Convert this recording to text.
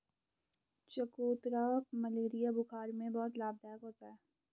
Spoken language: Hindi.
चकोतरा मलेरिया बुखार में बहुत लाभदायक होता है